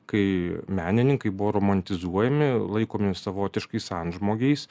kai menininkai buvo romantizuojami laikomi savotiškais antžmogiais